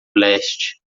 leste